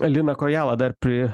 liną kojalą dar pri